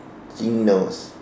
chinos